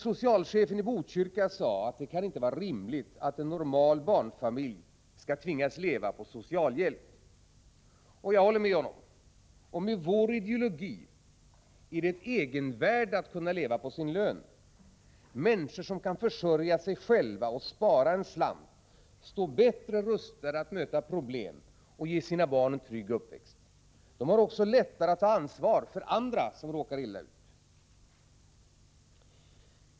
Socialchefen i Botkyrka sade att det inte kan vara rimligt att en normal barnfamilj skall tvingas leva på socialhjälp. Jag håller med honom. Med vår ideologi är det ett egenvärde att kunna leva på sin lön. Människor som kan försörja sig själva och spara en slant står bättre rustade att möta problem och ge sina barn en trygg uppväxt. De har också lättare att ta ansvar för andra människor som råkar illa ut.